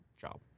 job